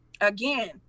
again